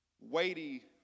weighty